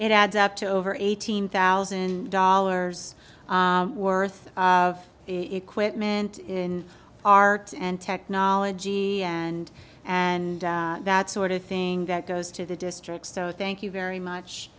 it adds up to over eighteen thousand dollars worth of equipment in art and technology and and that sort of thing that goes to the district so thank you very much